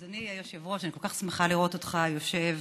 אדוני היושב-ראש, אני כל כך שמחה לראות אותך יושב